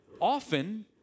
Often